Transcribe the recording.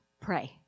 pray